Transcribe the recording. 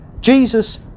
Jesus